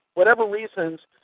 whatever reasons,